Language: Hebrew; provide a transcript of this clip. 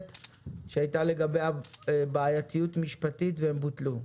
שהייתה לגביה בעייתיות משפטית והם בוטלו.